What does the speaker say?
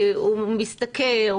הוא משתכר.